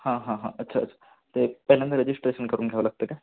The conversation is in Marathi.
हां हां हां अच्छा अच्छा ते पहिल्यांदा रेजिस्ट्रेशन करून घ्यावं लागतं का